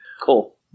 Cool